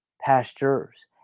pastures